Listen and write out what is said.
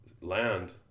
land